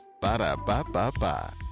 Ba-da-ba-ba-ba